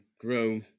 grow